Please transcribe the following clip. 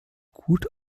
gut